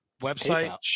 website